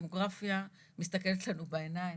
דמוגרפיה מסתכלת לנו בעיניים,